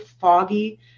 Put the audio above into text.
foggy